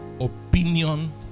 opinion